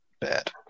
Bad